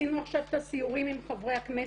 עשינו עכשיו את הסיורים עם חברי הכנסת,